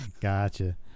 Gotcha